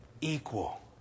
equal